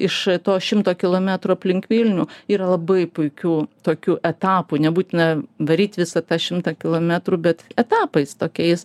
iš to šimto kilometrų aplink vilnių yra labai puikių tokių etapų nebūtina daryt visą tą šimtą kilometrų bet etapais tokiais